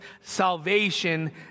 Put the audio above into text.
salvation